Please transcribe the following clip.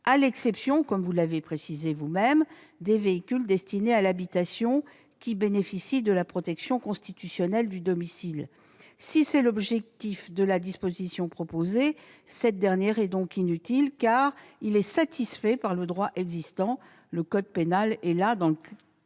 à l'exception, vous l'avez précisé vous-même, des véhicules destinés à l'habitation, qui bénéficient de la protection constitutionnelle du domicile. Si tel est l'objectif de la disposition proposée, cette dernière est donc inutile, car elle est satisfaite par le droit existant. L'avis est donc